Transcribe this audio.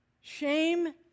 Shame